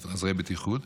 עוזרי בטיחות.